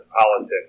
politics